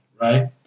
Right